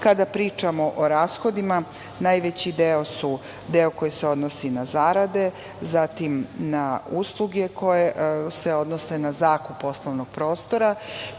pričamo o rashodima najveći deo se odnosi na zarade, zatim, na usluge koje se odnose na zakup poslovnog prostora,